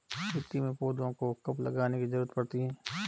मिट्टी में पौधों को कब लगाने की ज़रूरत पड़ती है?